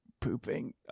pooping